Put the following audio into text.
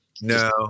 No